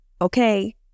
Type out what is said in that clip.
Okay